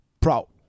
proud